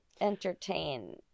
entertain